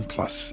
Plus